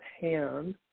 hand